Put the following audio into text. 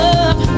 up